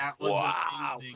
wow